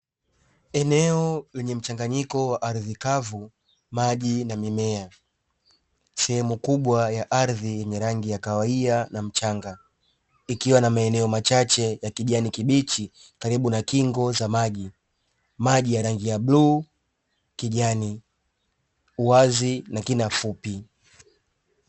Eneo lenye mchanganyiko wa ardhi kavu, maji na mimea, sehemu kubwa ya ardhi yenye rangi ya kahawia na mchanga, ikiwa na maeneo machache ya kijani kibichi karibu na kingo za maji. Maji ya rangi ya bluu, kijani, uwazi na kina fupi.